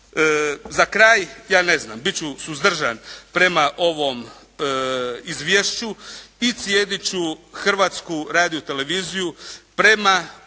Za kraj, ja ne znam bit ću suzdržan prema ovom izvješću i cijedit ću Hrvatsku radioteleviziju prema